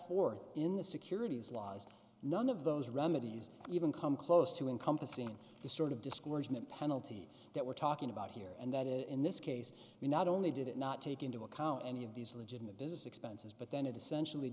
forth in the securities laws none of those remedies even come close to encompassing the sort of discouragement penalty that we're talking about here and that is in this case we not only did it not take into account any of these legitimate business expenses but then it essentially